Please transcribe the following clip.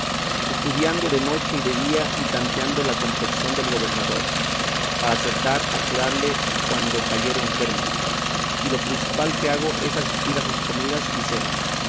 estudiando de noche y de día y tanteando la complexión del gobernador para acertar a curarle cuando cayere enfermo y lo principal que hago es asistir a sus comidas y cenas